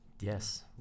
yes